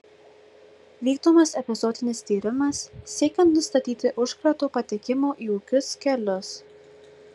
vykdomas epizootinis tyrimas siekiant nustatyti užkrato patekimo į ūkius kelius